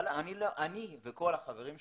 אני וכל החברים שלי,